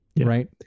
right